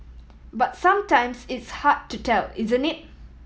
but sometimes it's hard to tell isn't it